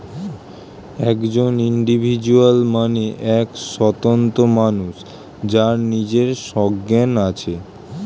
একজন ইন্ডিভিজুয়াল মানে এক স্বতন্ত্র মানুষ যার নিজের সজ্ঞান আছে